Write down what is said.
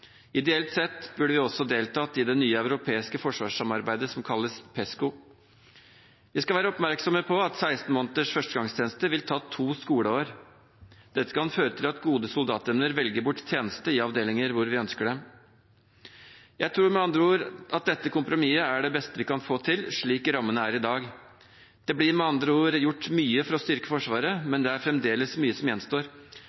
Ideelt sett burde vi også ha deltatt i det nye europeiske forsvarssamarbeidet som kalles Pesco. Vi skal være oppmerksom på at 16 måneders førstegangstjeneste vil ta to skoleår. Dette kan føre til at gode soldatemner velger bort tjeneste i avdelinger hvor vi ønsker dem. Jeg tror med andre ord at dette kompromisset er det beste vi kan få til slik rammene er i dag. Det blir med andre ord gjort mye for å styrke Forsvaret, men